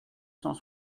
cent